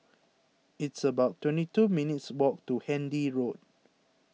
it's about twenty two minutes' walk to Handy Road